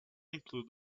include